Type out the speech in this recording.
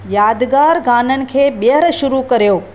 यादिगारु ॻाननि ॿियर शुरू करियो